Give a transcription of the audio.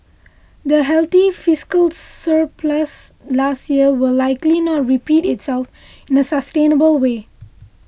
the healthy fiscal surplus last year will likely not repeat itself in a sustainable way